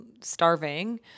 starving